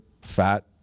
fat